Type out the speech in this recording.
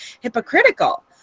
hypocritical